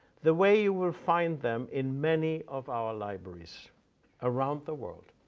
the way you will find them in many of our libraries around the world,